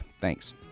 Thanks